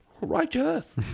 Righteous